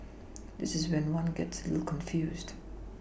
this is when one gets a little confused